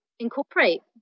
incorporate